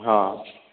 हँ